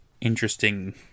interesting